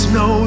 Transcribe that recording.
no